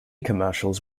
commercials